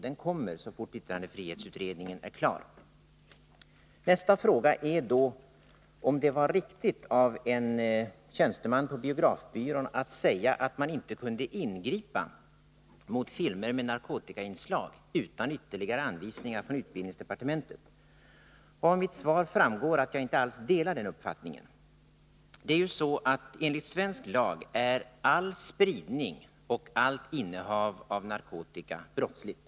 Den kommer så fort yttrandefrihetsutredningen är klar. 141 Nästa fråga gällde om det var riktigt av en tjänsteman på biografbyrån att säga att man inte kunde ingripa mot filmer med narkotikainslag utan ytterligare anvisningar från utbildningsdepartementet. Av mitt svar framgår att jag inte alls delar den uppfattningen. Enligt svensk lag är all spridning och allt innehav av narkotika brottsligt.